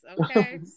Okay